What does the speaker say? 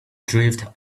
drift